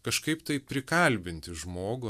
kažkaip tai prikalbinti žmogų